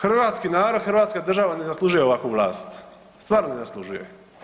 Hrvatski narod, hrvatska država ne zaslužuje ovakvu vlast, stvarno ne zaslužuje.